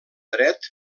dret